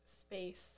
space